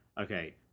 okay